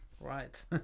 right